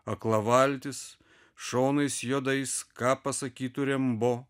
akla valtis šonais juodais ką pasakytų rembo